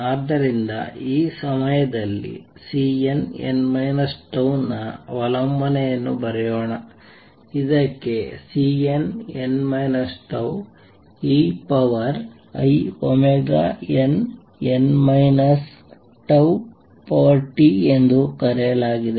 ಆದ್ದರಿಂದ ಈ ಸಮಯದಲ್ಲಿ Cnn τ ನ ಅವಲಂಬನೆಯನ್ನು ಬರೆಯೋಣ ಇದಕ್ಕೆCnn τeinn τt ಎಂದು ನೀಡಲಾಗಿದೆ